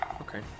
Okay